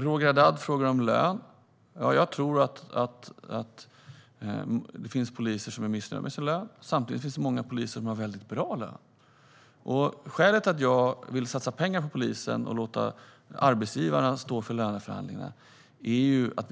Roger Haddad frågar om lön. Jag tror att det finns poliser som är missnöjda med sina löner. Samtidigt finns det många poliser som har väldigt bra löner. Skälet till att jag vill satsa pengar på polisen och låta arbetsgivaren stå för löneförhandlingarna är att